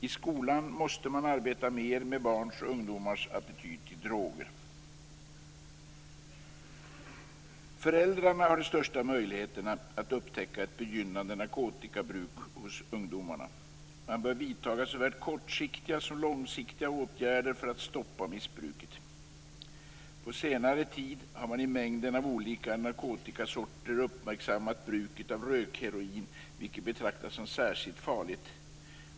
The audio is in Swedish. I skolan måste man arbeta mer med barns och ungdomars attityder till droger. Föräldrarna har de största möjligheterna att upptäcka ett begynnande narkotikabruk hos ungdomarna. Man bör vidta såväl kortsiktiga som långsiktiga åtgärder för att stoppa missbruket. På senare tid har man i mängden av olika narkotikasorter uppmärksammat bruket av rökheroin, vilket betraktas som särskilt farligt.